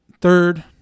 third